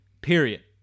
Period